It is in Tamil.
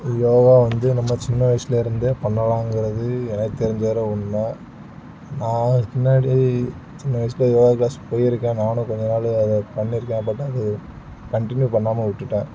யோகா வந்து நம்ம சின்ன வயசில் இருந்தே பண்ணலாங்கிறது எனக்கு தெரிஞ்ச வர உண்மை நான் இதுக்கு முன்னாடி சின்ன வயசில் யோகா க்ளாஸ் போயிருக்கேன் நானும் கொஞ்ச நாலு அதை பண்ணிருக்கேன் பட் அது கன்டினியூ பண்ணமா விட்டுவிட்டேன்